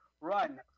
run